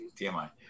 TMI